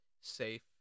safe